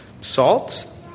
salt